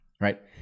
right